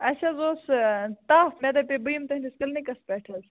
اَسہِ حظ اوس تَپھ مےٚ دَپے بہٕ یِمہٕ تُہٕنٛدِس کِلنِکَس پٮ۪ٹھ حظ